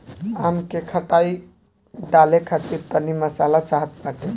आम के खटाई डाले खातिर तनी मसाला चाहत बाटे